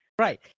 Right